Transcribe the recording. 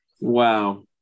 Wow